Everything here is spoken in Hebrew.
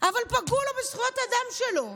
אבל פגעו לו בזכויות אדם שלו.